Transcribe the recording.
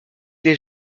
les